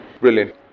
brilliant